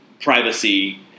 privacy